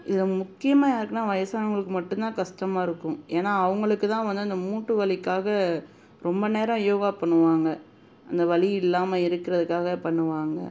இதை முக்கியமாக யாருக்குனால் வயதானவங்களுக்கு மட்டும்தான் கஷ்டமா இருக்கும் ஏன்னால் அவங்களுக்குதான் வந்து அந்த மூட்டுவலிக்காக ரொம்ப நேரம் யோகா பண்ணுவாங்க அந்த வலி இல்லாமல் இருக்கிறதுக்காக பண்ணுவாங்க